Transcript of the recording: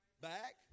back